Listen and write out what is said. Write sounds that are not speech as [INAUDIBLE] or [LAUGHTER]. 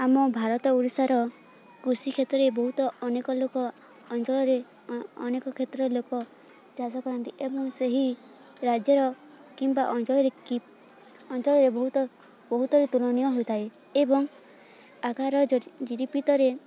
ଆମ ଭାରତ ଓଡ଼ିଶାର କୃଷିକ୍ଷେତ୍ରରେ ବହୁତ ଅନେକ ଲୋକ ଅଞ୍ଚଳରେ ଅନେକ କ୍ଷେତ୍ରରେ ଲୋକ ଚାଷ କରନ୍ତି ଏବଂ ସେହି ରାଜ୍ୟର କିମ୍ବା ଅଞ୍ଚଳରେ କି ଅଞ୍ଚଳରେ ବହୁତ ବହୁତରେ ତୁଳନୀୟ ହୋଇଥାଏ ଏବଂ ଆକାର [UNINTELLIGIBLE]